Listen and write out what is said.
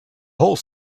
whole